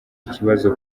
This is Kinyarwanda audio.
ikibazo